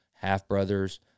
half-brothers